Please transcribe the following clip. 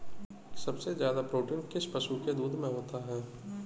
सबसे ज्यादा प्रोटीन किस पशु के दूध में होता है?